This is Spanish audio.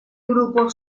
grupo